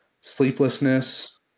sleeplessness